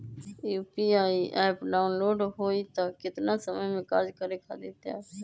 UPI app download होई त कितना समय मे कार्य करे खातीर तैयार हो जाई?